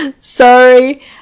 sorry